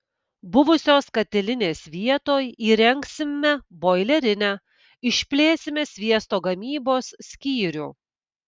buvusios katilinės vietoj įrengsime boilerinę išplėsime sviesto gamybos skyrių